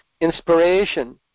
inspiration